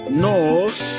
knows